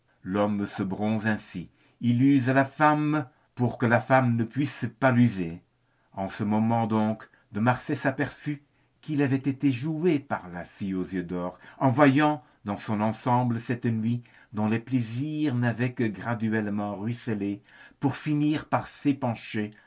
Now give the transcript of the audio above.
l'homme se bronze ainsi il use la femme pour que la femme ne puisse pas l'user en ce moment donc de marsay s'aperçut qu'il avait été joué par la fille aux yeux d'or en voyant dans son ensemble cette nuit dont les plaisirs n'avaient que graduellement ruisselé pour finir par s'épancher